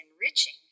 enriching